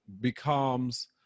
becomes